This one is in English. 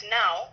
now